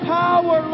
power